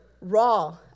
raw